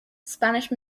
spanish